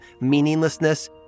meaninglessness